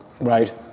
right